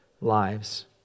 lives